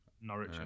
Norwich